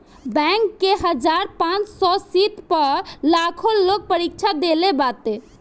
bank के हजार पांच सौ सीट पअ लाखो लोग परीक्षा देहले बाटे